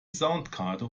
soundkarte